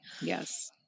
Yes